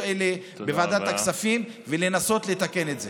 האלה בוועדת הכספים ולנסות לתקן את זה.